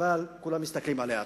אבל כולם מסתכלים עליה.